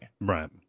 right